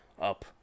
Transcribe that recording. up